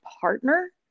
partner